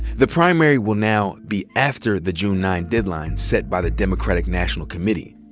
the primary will now be after the june nine deadline set by the democratic national committee.